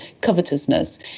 covetousness